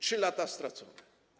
3 lata stracone.